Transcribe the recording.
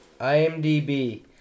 IMDb